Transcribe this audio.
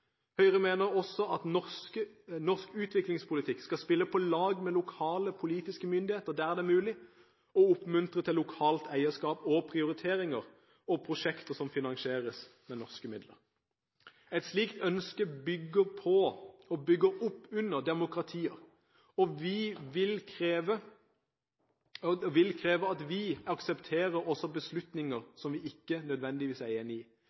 Høyre mener også at norsk utviklingspolitikk skal spille på lag med lokale politiske myndigheter der det er mulig, og oppmuntre til lokalt eierskap til prioriteringer og prosjekter som finansieres med norske midler. Et slikt ønske bygger på, og bygger opp under, demokratier, og vi vil kreve at vi aksepterer også beslutninger som vi ikke nødvendigvis er enige i.